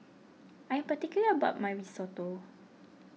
I am particular about my Risotto